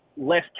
less